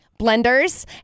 blenders